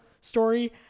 story